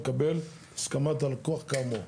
לקבל את הסכמת הלקוח כאמור".